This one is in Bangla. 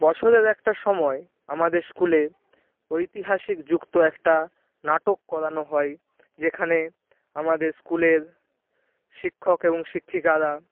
বছরের একটা সময় আমাদের স্কুলে ঐতিহাসিক যুক্ত একটা নাটক করানো হয় যেখানে আমাদের স্কুলের শিক্ষক এবং শিক্ষিকারা